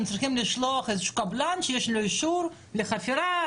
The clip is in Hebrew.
הם צריכים לשלוח קבלן שיש לו אישור לחפירה,